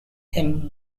him